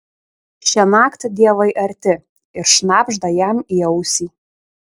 šiąnakt dievai arti ir šnabžda jam į ausį